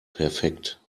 perfekt